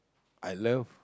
I love